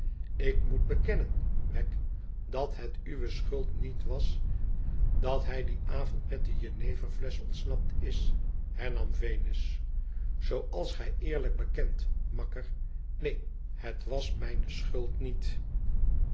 ik moet bekennen wegg dat het uwe schuld niet was dat hij dien avond met de jeneverflesch ontsnapt is hernam venus zooals gij eerlijk bekent makker neen het was mijne schuld niet